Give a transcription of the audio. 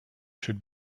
should